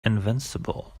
invincible